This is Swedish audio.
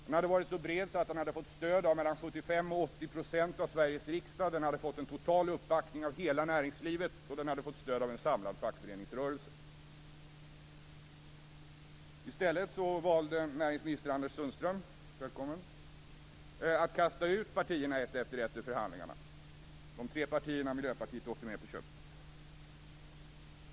Den hade varit så bred att den fått stöd av 75-80 % av Sveriges riksdag. Den hade fått en total uppbackning av hela näringslivet. Den hade fått stöd av en samlad fackföreningsrörelse. I stället valde näringsminister Anders Sundström - välkommen! - att kasta ut de tre partierna ett efter ett ur förhandlingarna. Miljöpartiet åkte med på köpet.